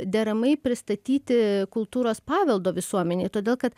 deramai pristatyti kultūros paveldo visuomenei todėl kad